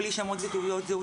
בלי שמות ותעודות זהות,